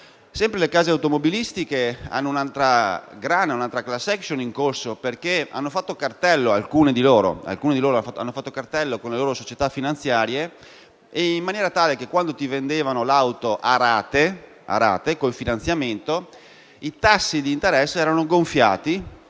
Sempre le case automobilistiche hanno poi un'altra grana, un'altra *class action* in corso, perché alcune di loro hanno fatto cartello con le loro società finanziarie: accadeva che quando vendevano l'auto a rate con il finanziamento, i tassi di interesse erano gonfiati